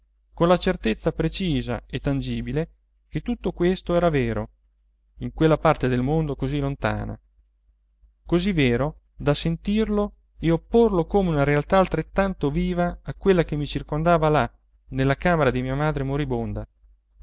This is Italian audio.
con la certezza precisa e tangibile che tutto questo era vero in quella parte del mondo così lontana così vero da sentirlo e opporlo come una realtà altrettanto viva a quella che mi circondava là nella camera di mia madre moribonda